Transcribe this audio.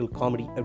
comedy